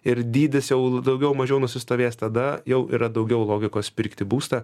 ir dydis jau daugiau mažiau nusistovės tada jau yra daugiau logikos pirkti būstą